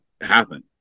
happen